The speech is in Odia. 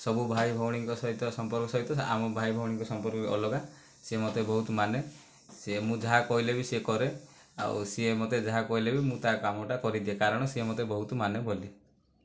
ସବୁ ଭାଇ ଭଉଣୀଙ୍କ ସହିତ ସମ୍ପର୍କ ସହିତ ଆମ ଭାଇ ଭଉଣୀଙ୍କ ସମ୍ପର୍କ ଅଲଗା ସେ ମୋତେ ବହୁତ ମାନେ ସିଏ ମୁଁ ଯାହା କହିଲେ ବି ସିଏ କରେ ଆଉ ସିଏ ମୋତେ ଯାହା କହିଲେ ବି ମୁଁ ତା କାମଟା କରିଦିଏ କାରଣ ସିଏ ମୋତେ ବହୁତ ମାନେ ବୋଲି